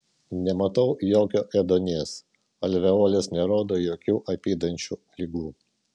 nematau jokio ėduonies alveolės nerodo jokių apydančių ligų